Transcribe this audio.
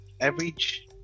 average